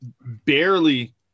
barely